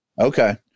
okay